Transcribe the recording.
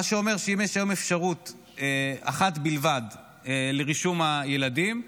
מה שאומר שאם יש היום אפשרות אחת בלבד לרישום הילדים,